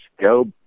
go